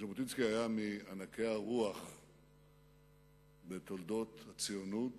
ז'בוטינסקי היה מענקי הרוח בתולדות הציונות